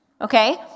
okay